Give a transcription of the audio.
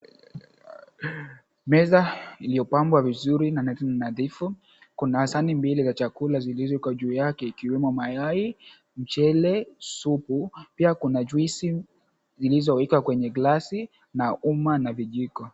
Meza iliyopangwa vizuri na ni nadhifu, kuna sahani mbili za chakula zilizoko juu yake ikiwemo mayai, mchele, supu, pia kuna jui𝑠i zilizowekwa kwenye glasi na umma 𝑛𝑎 𝑣ijiko.